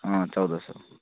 अँ चौध सय